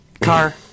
car